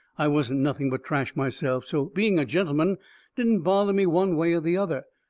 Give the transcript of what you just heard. i wasn't nothing but trash myself, so being a gentleman didn't bother me one way or the other.